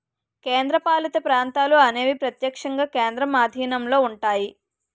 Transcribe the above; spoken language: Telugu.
కేంద్రపాలిత ప్రాంతాలు అనేవి ప్రత్యక్షంగా కేంద్రం ఆధీనంలో ఉంటాయి